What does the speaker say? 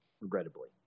regrettably